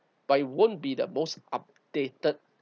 but it won't be the most updated